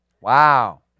Wow